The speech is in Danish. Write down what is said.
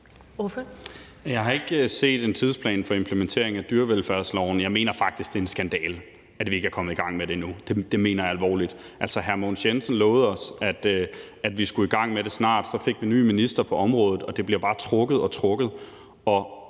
Jeg har ikke set en tidsplan for implementering af dyrevelfærdsloven. Jeg mener faktisk, det er en skandale, at vi ikke er kommet i gang med det endnu. Det mener jeg alvorligt. Altså, den tidligere fødevareminister lovede os, at vi skulle i gang med det snart, men så fik vi ny minister på området, og det bliver bare trukket og trukket.